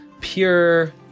pure